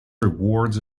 rewards